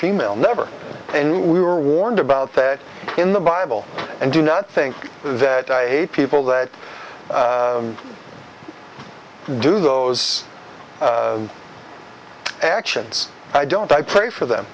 female never and we were warned about that in the bible and do not think that i hate people that do those actions i don't i pray for them